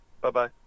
Bye-bye